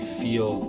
feel